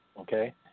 Okay